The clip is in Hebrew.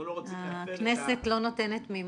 אנחנו לא רוצים להפר את ה --- הכנסת לא נותנת מימון,